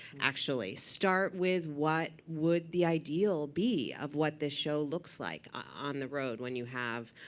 actually. start with what would the ideal be of what the show looks like on the road, when you have